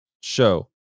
show